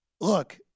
look